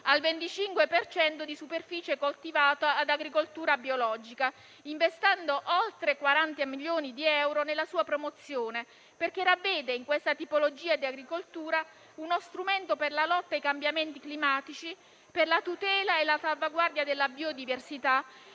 cento di superficie coltivata ad agricoltura biologica, investendo oltre 40 milioni di euro nella sua promozione, perché ravvede in questa tipologia di agricoltura uno strumento per la lotta ai cambiamenti climatici, per la tutela e la salvaguardia della biodiversità